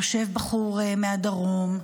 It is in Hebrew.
יושב בחור מהדרום,